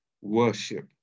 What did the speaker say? worship